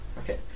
Okay